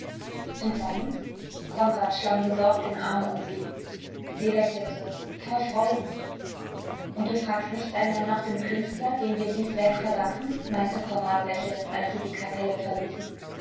du weinst konrad schlang besorgt den arm um sie sie lächelte vor freuden und du fragst nicht einmal nach dem künstler dem wir dies werk verdanken meinte konrad lächelnd als sie die kapelle verließen